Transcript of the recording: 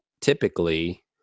typically